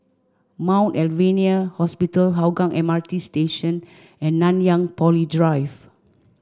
Mount Alvernia Hospital Hougang M R T Station and Nanyang Poly Drive